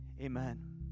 Amen